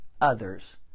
others